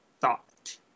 thought